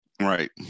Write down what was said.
Right